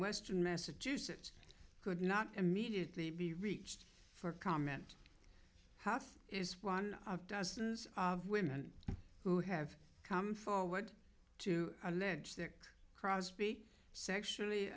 western massachusetts could not immediately be reached for comment half is one of dozens of women who have come forward to allege that crosby sexually